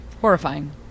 Horrifying